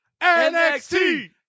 NXT